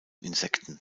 insekten